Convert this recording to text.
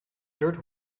dirt